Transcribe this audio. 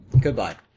Goodbye